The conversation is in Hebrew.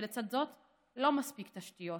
ולצד זאת לא מספיק תשתיות,